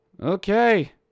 Okay